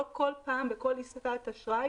כך שלא בכל דרישה להסכמה,